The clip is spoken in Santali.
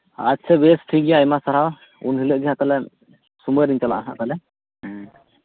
ᱟᱪᱪᱷᱟ ᱵᱮᱥ ᱴᱷᱤᱠ ᱜᱮᱭᱟ ᱟᱭᱢᱟ ᱥᱟᱨᱦᱟᱣ ᱩᱱᱦᱤᱞᱳᱜ ᱜᱮ ᱦᱟᱸᱜ ᱛᱟᱞᱦᱮ ᱥᱩᱢᱟᱹᱭᱨᱤᱧ ᱪᱟᱞᱟᱜᱼᱟ ᱛᱟᱞᱦᱮ ᱦᱮᱸ